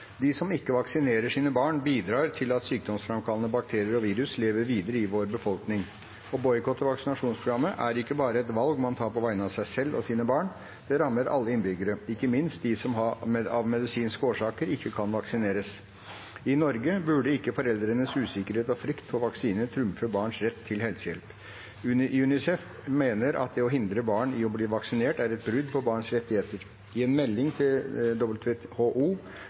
De som ikke vaksinerer ungene sine, hjelper sykdomsfremkallende bakterier og virus. Å boikotte vaksineprogrammet er ikke bare et valg en tar på vegne av seg selv og sine barn, det rammer alle innbyggere. I Norge burde ikke foreldrenes usikkerhet og frykt for vaksiner trumfe barns rett til helsehjelp. UNICEF mener at det å hindre barn i å bli vaksinert er et brudd på barns rettigheter. I en melding